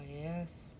yes